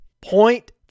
Point